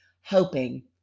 hoping